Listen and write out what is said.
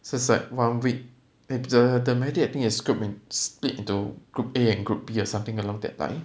so it's like one week eh the the medic I think is grouped in split into group A and group B or something along that line